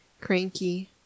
cranky